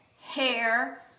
hair